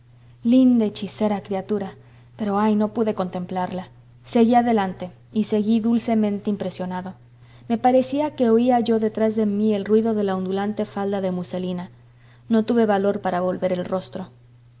linda hechicera criatura pero ay no pude contemplarla seguí adelante y seguí dulcemente impresionado me parecía que oía yo detrás de mí el ruido de la ondulante falda de muselina no tuve valor para volver el rostro